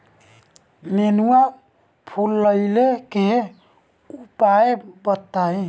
नेनुआ फुलईले के उपाय बताईं?